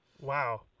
Wow